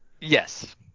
yes